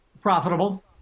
profitable